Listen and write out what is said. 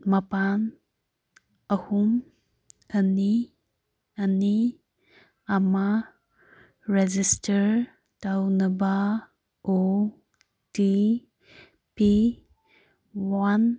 ꯃꯥꯄꯜ ꯑꯍꯨꯝ ꯑꯅꯤ ꯑꯅꯤ ꯑꯃ ꯔꯦꯖꯤꯁꯇꯔ ꯇꯧꯅꯕ ꯑꯣ ꯇꯤ ꯄꯤ ꯋꯥꯟ